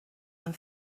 and